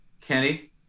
Kenny